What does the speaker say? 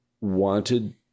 wanted